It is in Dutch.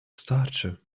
staartje